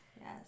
Yes